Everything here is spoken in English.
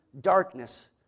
darkness